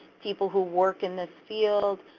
people who work in this field,